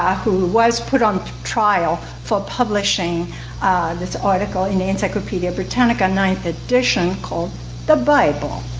ah who was put on trial for publishing this article in the encyclopedia britannica ninth edition called the bible.